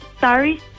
Sorry